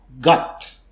gut